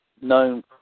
known